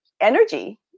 energy